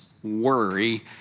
worry